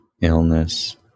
illness